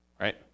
Right